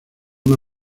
una